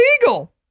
illegal